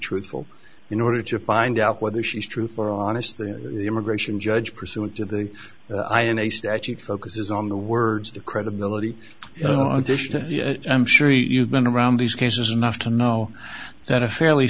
truthful in order to find out whether she's truth or honest the immigration judge pursuant to the i and a statute focuses on the words the credibility the audition i'm sure you've been around these cases enough to know that a fairly